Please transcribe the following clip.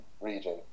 region